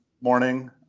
morning